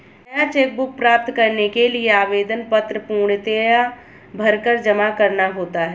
नया cheque book प्राप्त करने के लिए आवेदन पत्र पूर्णतया भरकर जमा करना होता है